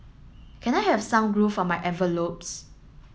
can I have some glue for my envelopes